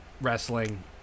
wrestling